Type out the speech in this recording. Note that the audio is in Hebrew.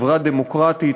חברה דמוקרטית,